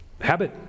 habit